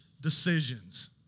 decisions